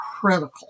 critical